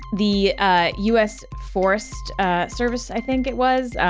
the u s. forest ah service, i think it was,